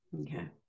Okay